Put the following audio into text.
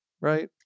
right